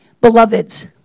beloveds